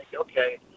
okay